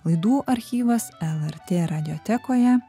laidų archyvas lrt radiotekoje